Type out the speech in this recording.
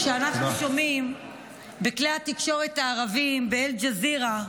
כשאנחנו שומעים בכלי התקשורת הערביים, באל-ג'זירה,